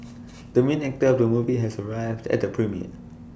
the main actor of the movie has arrived at the premiere